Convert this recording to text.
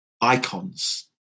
icons